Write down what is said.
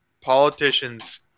politicians